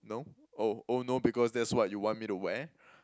no oh oh no because that's what you want me to wear